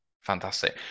Fantastic